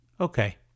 Okay